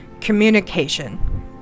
Communication